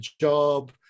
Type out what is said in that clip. job